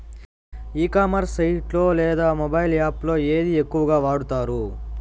E commerce site లో లేదా mobile app లో ఏది ఎక్కువగా వాడుతారు?